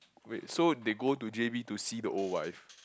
wait so they go to J_B to see the old wife